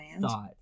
thought